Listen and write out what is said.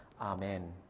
Amen